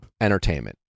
entertainment